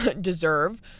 deserve